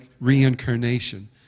reincarnation